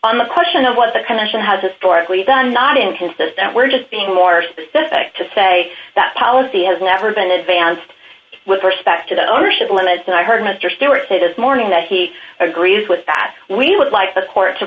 on the question of what the commission had to sparkly done not inconsistent we're just being more specific to say that policy has never been advanced with respect to the ownership limits and i heard mr stewart say this morning that he agrees with that we would like the court to